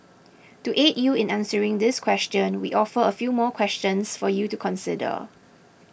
to aid you in answering this question we offer a few more questions for you to consider